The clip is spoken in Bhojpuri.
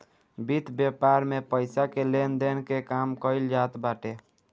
वित्त व्यापार में पईसा के लेन देन के काम कईल जात बाटे